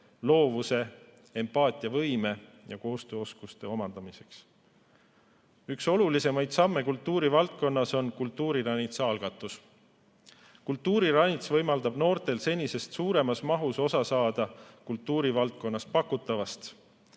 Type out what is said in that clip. loovuse, empaatiavõime ja koostööoskuste omandamise [huvides]. Üks olulisemaid samme kultuurivaldkonnas on kultuuriranitsa algatus. Kultuuriranits võimaldab noortel senisest suuremas mahus osa saada kultuurivaldkonnas pakutavast.